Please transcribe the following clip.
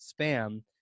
spam